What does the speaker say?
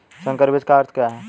संकर बीज का अर्थ क्या है?